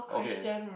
okay